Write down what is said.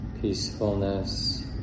peacefulness